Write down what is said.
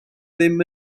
ddim